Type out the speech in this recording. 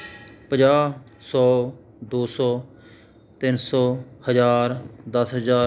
ਪੰਜਾਹ ਸੌ ਦੋ ਸੌ ਤਿੰਨ ਸੌ ਹਜ਼ਾਰ ਦਸ ਹਜ਼ਾਰ